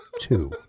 Two